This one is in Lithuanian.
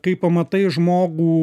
kai pamatai žmogų